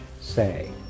say